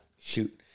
Shoot